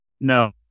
no